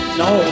no